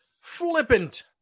Flippant